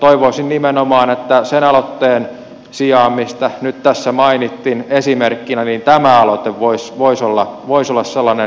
toivoisin nimenomaan että sen aloitteen sijaan mistä nyt tässä mainitsin esimerkkinä tämä aloite voisi olla sellainen